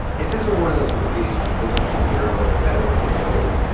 if this were one of those movies with a good-looking hero and a better-looking villain,